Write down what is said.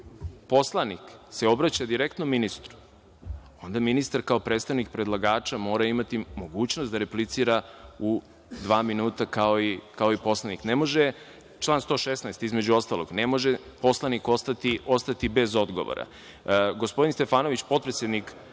poslanik se obraća direktno ministru, onda ministar kao predstavnik predlagača mora imati mogućnost da replicira u dva minuta, kao i poslanik. Član 116, između ostalog, ne može poslanik ostati bez odgovora. Gospodin Stefanović, potpredsednik